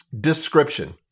description